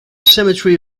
cemetery